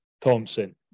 Thompson